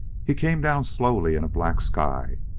he came down slowly in a black sky,